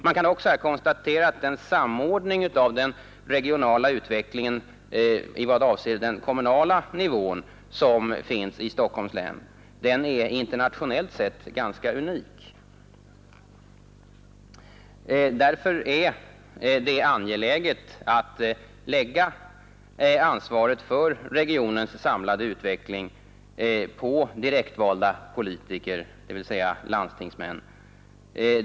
Man kan här också konstatera att den samordning som förekommer i Stockholms län av den regionala utvecklingen på kommunal nivå internationellt sett är ganska unik. Därför är det angeläget att lägga ansvaret för regionens samlade utveckling på direkt valda politiker, dvs. landstingsmän.